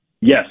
Yes